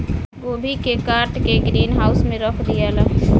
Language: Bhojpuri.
गोभी के काट के ग्रीन हाउस में रख दियाला